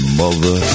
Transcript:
mother